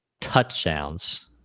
touchdowns